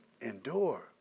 endure